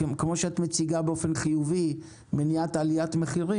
כמו שאת מציגה באופן חיובי מניעת עליית מחירים,